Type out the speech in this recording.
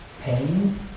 pain